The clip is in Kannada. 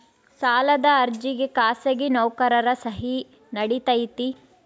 ಸಾಲದ ಅರ್ಜಿಗೆ ಖಾಸಗಿ ನೌಕರರ ಸಹಿ ನಡಿತೈತಿ?